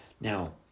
Now